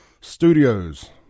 Studios